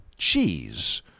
Cheese